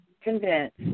convinced